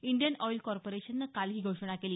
Indian oil कॉर्पोरेशननं काल ही घोषणा केली